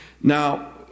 Now